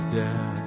death